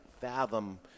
fathom